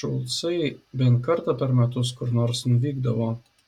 šulcai bent kartą per metus kur nors nuvykdavo